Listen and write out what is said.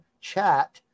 chat